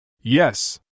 Yes